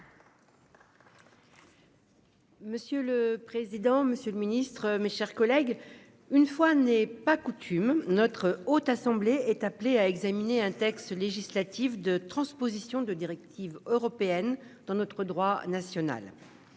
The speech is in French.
Monsieur le président, Monsieur le Ministre, mes chers collègues. Une fois n'est pas coutume, notre haute assemblée est appelée à examiner un texte législatif de transposition de directives européennes dans notre droit national.